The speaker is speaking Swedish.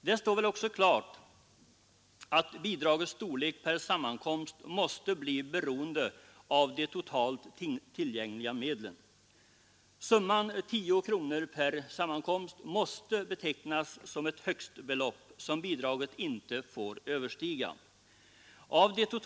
Det står väl också klart att bidragets storlek per sammankomst måste bli beroende av de totalt tillgängliga medlen. Summan 10 kronor per sammankomst måste betecknas som ett maximibelopp som bidraget inte får överstiga.